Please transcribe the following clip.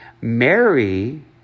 Mary